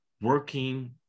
working